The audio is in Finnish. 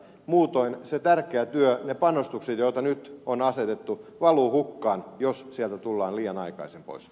muutoin se tärkeä työ ne panostukset joita nyt on asetettu valuvat hukkaan jos sieltä tullaan liian aikaisin pois